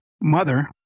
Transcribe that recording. mother